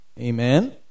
Amen